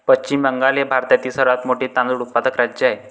पश्चिम बंगाल हे भारतातील सर्वात मोठे तांदूळ उत्पादक राज्य आहे